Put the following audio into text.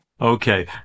Okay